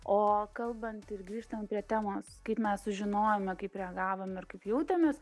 o kalbant ir grįžtant prie temos kaip mes sužinojome kaip reagavom ir kaip jautėmės